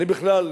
אני בכלל,